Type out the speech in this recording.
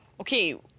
Okay